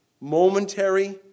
momentary